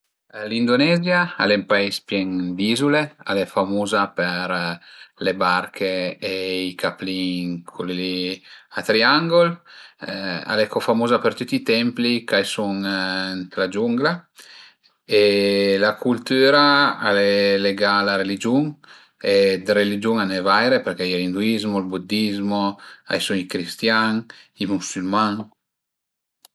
L'Indonezia al e ün pais pien d'izule, al e famuza për le barche e i caplin cul li a triangul, al e co famuza për tüti i templi ch'a i sun ën la giungla e la cultüra al e legà a la religiun e dë religiun a i ën e vaire perché a ie l'induizmo, ël buddizmo, a i sun i cristian, i müsulman